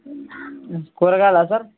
కూరగాయల సార్